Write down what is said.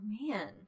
Man